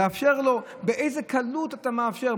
באיזה קלות אתה מאפשר,